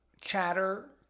chatter